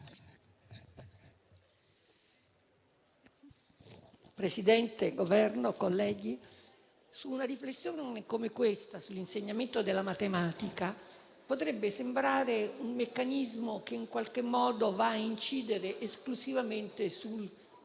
del Governo, colleghi, una riflessione come questa sull'insegnamento della matematica potrebbe sembrare un meccanismo che in qualche modo va a incidere esclusivamente sul